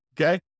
Okay